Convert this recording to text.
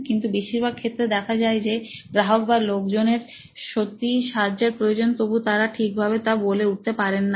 কিন্তু বেশিরভাগ ক্ষেত্রে দেখা যায় যে গ্রাহক বা লোকজনের সত্যিই সাহায্যের প্রয়োজন তবুও তারা ঠিকভাবে তা বলে উঠতে পারেন না